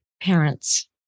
parents